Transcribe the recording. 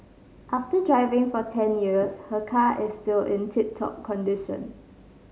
after driving for ten years her car is still in tip top condition